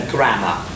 Grammar